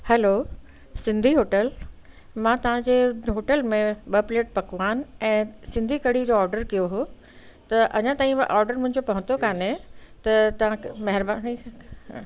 hello Sindhi hotel मां तव्हांजे hotel में ॿ प्लेट पकवान ऐं सिंधी कढ़ी जो ऑडर कयो हुओ त अञा ताईं मां ऑडर मुंहिंजो पहुतो कोन्हे त तव्हां महिरबानी करे